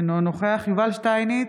אינו נוכח יובל שטייניץ,